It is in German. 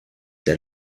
der